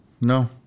no